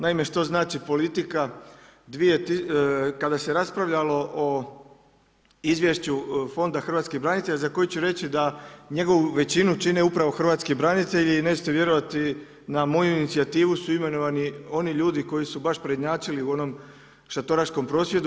Naime, što znači politika, kada se raspravljalo o Izvješću Fonda hrvatskih branitelja za koji ću reći da njegovu većinu čine upravo hrvatski branitelji i nećete vjerovati na moju inicijativu su imenovani oni ljudi koji su baš prednjačili u onom šatoraškom prosvjedu.